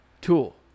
Tool